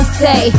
say